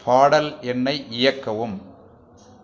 பாடல் எண்ணை இயக்கவும்